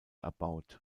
erbaut